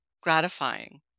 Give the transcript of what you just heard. gratifying